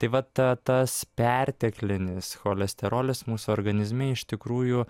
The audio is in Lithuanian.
tai va ta tas perteklinis cholesterolis mūsų organizme iš tikrųjų